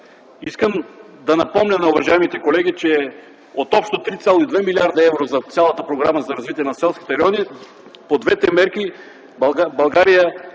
Искам да напомня на уважаемите колеги, че от общо 3,2 млрд. евро за цялата Програма за развитие на селските райони, по двете мерки България